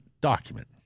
document